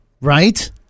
right